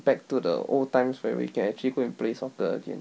back to the old times where we can actually go and play soccer again